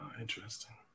interesting